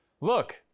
Look